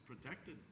protected